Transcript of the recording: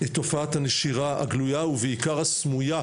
את תופעת הנשירה הגלויה ובעיקר הסמויה,